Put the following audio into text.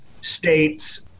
states